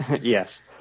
Yes